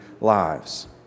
lives